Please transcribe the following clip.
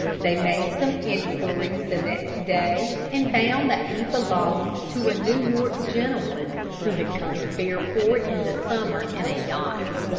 they made some inquiries the next day, and found that he belonged to a new york gentleman who had come to fairport in the summer in a yacht.